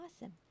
Awesome